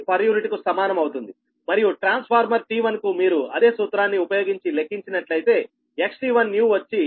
u కు సమానం అవుతుంది మరియు ట్రాన్స్ఫార్మర్ T1 కు మీరు అదే సూత్రాన్ని ఉపయోగించి లెక్కించి నట్లయితే XT1new వచ్చి 0